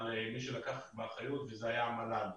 על מי שלקח את האחריות וזה היה המל"ל.